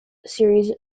series